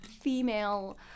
female